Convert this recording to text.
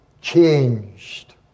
changed